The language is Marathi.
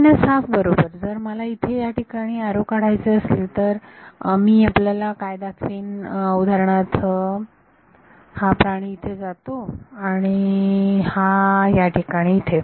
n 12 बरोबर जर मला इथे या ठिकाणी बाण काढायचे असले असते तर मी आपल्याला काय दाखवीन उदाहरणार्थ हा प्राणी इथे जातो आणि हा या ठिकाणी इथे